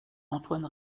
antoine